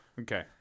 Okay